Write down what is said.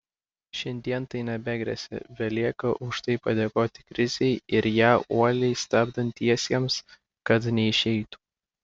šiandien tai nebegresia belieka už tai padėkoti krizei ir ją uoliai stabdantiesiems kad neišeitų